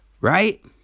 Right